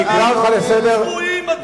אתה מעז לדבר, 40,000 רוצחים אלפי חללים,